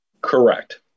Correct